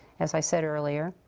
as i said earlier.